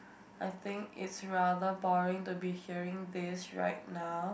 I think is rather boring to be hearing this right now